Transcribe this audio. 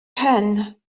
pen